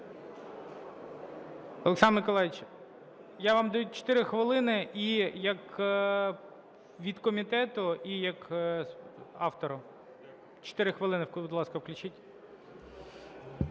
Олександр Миколайович, я вам даю 4 хвилини і як від комітету, і як автору. 4 хвилини, будь ласка, включіть.